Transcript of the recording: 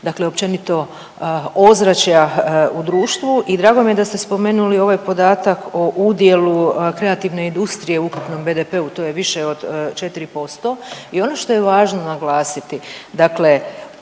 i općenito ozračja u društvu. I drago mi je da ste spomenuli ovaj podatak o udjelu kreativne industrije u ukupnom BDP-u, to je više od 4% i ono što je važno naglasiti dakle